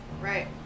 Right